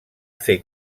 fer